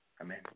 Amen